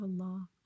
Allah